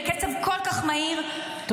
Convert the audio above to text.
בקצב כל כך מהיר -- תודה רבה,